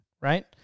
right